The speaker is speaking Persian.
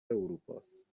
اروپاست